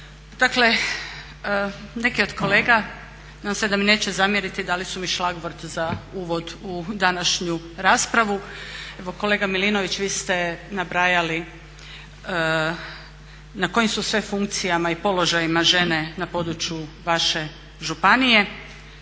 Dakle neki od kolega, nadam se da mi neće zamjeriti, dali su mi šlagvort za uvod u današnju raspravu. Evo kolega Milinović vi ste nabrajali na kojim su sve funkcijama i položajima žene na području vaše županije.